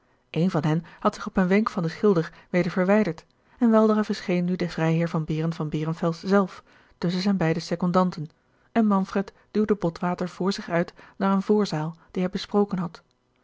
een van hen had zich op een wenk van den schilder weder verwijderd en weldra verscheen nu de vrijheer von behren von behrenfels zelf tusschen zijne beide secondanten en manfred duwde botwater vr zich uit naar eene voorzaal die hij besproken had